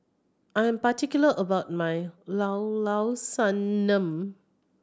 I'm particular about my Llao Llao Sanum